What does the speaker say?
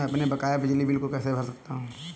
मैं अपने बकाया बिजली बिल को कैसे भर सकता हूँ?